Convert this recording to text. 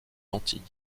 antilles